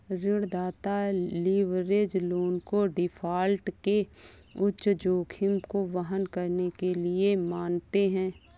ऋणदाता leverage loan को default के उच्च जोखिम को वहन करने के लिए मानते हैं